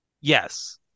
Yes